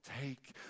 take